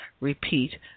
Repeat